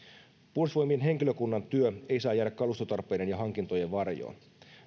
puolustusvoimien henkilökunnan työ ei saa jäädä kalustotarpeiden ja hankintojen varjoon